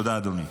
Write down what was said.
תודה, אדוני.